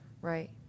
Right